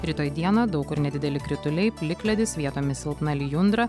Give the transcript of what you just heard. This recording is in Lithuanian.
rytoj dieną daug kur nedideli krituliai plikledis vietomis silpna lijundra